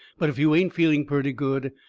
but if you ain't feeling purty good,